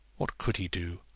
what could he do?